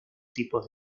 tipos